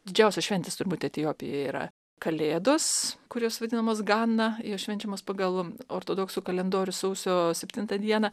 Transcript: didžiausios šventės turbūt etiopijoje yra kalėdos kurios vadinamos ganna jos švenčiamos pagal ortodoksų kalendorių sausio septintą dieną